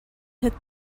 hit